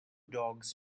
dogs